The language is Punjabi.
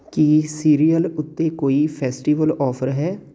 ਕੀ ਸੀਰੀਅਲ ਉੱਤੇ ਕੋਈ ਫੈਸਟੀਵਲ ਔਫਰ ਹੈ